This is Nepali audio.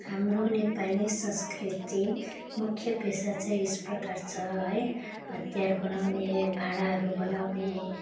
हाम्रो नेपाली संस्कृति मुख्य पेसा चाहिँ यस प्रकार छ है हतियार बनाउने भाँडाहरू बनाउने